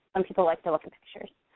some people like to look at pictures.